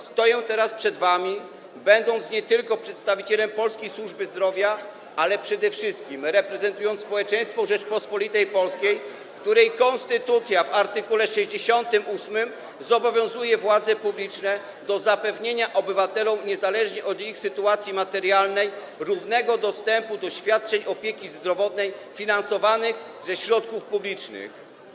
Stoję teraz przed wami, nie tylko będąc przedstawicielem polskiej służby zdrowia, ale przede wszystkim reprezentując społeczeństwo Rzeczypospolitej Polskiej, której konstytucja w art. 68 zobowiązuje władze publiczne do zapewnienia obywatelom, niezależnie od ich sytuacji materialnej, równego dostępu do świadczeń opieki zdrowotnej finansowanych ze środków publicznych.